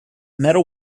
medal